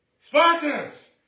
Spartans